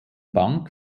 bank